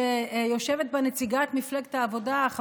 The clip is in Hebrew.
שיושבת בה נציגת מפלגת העבודה,